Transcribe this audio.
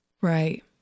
Right